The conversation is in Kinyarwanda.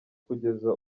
kugeza